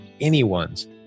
anyone's